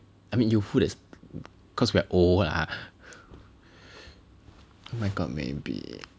I mean youthful that's cause we're old lah oh my god maybe